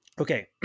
okay